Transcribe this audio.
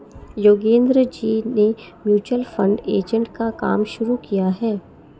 योगेंद्र जी ने mutual fund agent का काम शुरू किया है